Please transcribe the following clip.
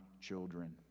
children